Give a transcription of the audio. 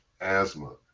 asthma